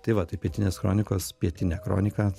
tai va tai pietinės kronikos pietinia kronika